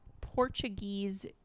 Portuguese